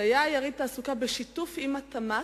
זה היה יריד תעסוקה בשיתוף עם התמ"ת,